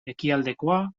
ekialdekoa